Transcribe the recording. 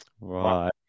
Right